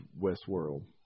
Westworld